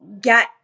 get